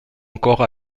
encore